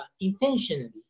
intentionally